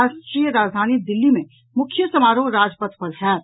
राष्ट्रीय राजधानी दिल्ली मे मुख्य समारोह राजपथ पर होयत